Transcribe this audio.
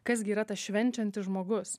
kas gi yra tas švenčiantis žmogus